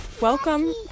Welcome